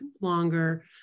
longer